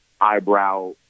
eyebrow